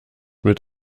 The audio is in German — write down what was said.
mit